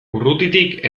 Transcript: urrutitik